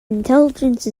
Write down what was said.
intelligence